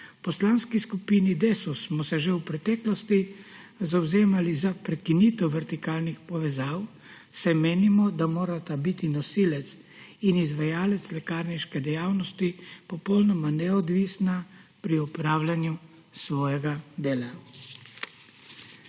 Poslanski skupini Desus smo se že v preteklosti zavzemali za prekinitev vertikalnih povezav, saj menimo, da morata biti nosilec in izvajalec lekarniške dejavnosti popolnoma neodvisna pri upravljanju svojega dela.